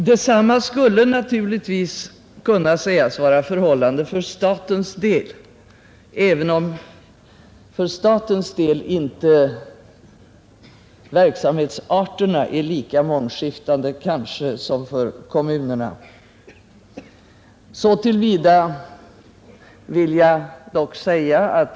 Detsamma skulle naturligtvis kunna sägas vara förhållandet för statens del, även om verksamheten därvidlag inte är så mångskiftande som för kommunerna.